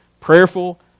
prayerful